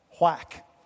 Whack